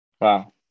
wow